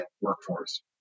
workforce